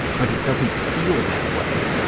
but it doesn't feel that way